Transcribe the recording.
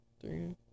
three